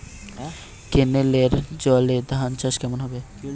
কেনেলের জলে ধানচাষ কেমন হবে?